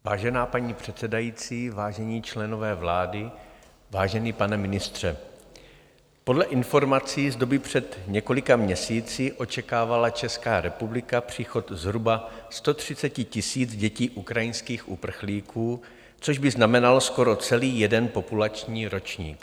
Vážená paní předsedající, vážení členové vlády, vážený pane ministře, podle informací z doby před několika měsíci očekávala Česká republika příchod zhruba 130 000 dětí ukrajinských uprchlíků, což by znamenalo skoro celý jeden populační ročník.